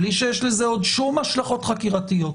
בלי שיש לזה עוד שום השלכות חקריתיות.